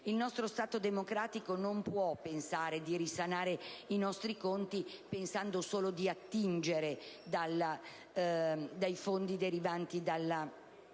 Il nostro Stato democratico non può pensare di risanare i nostri conti pensando di attingere solo ai fondi derivanti dal